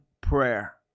prayer